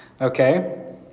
Okay